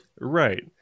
Right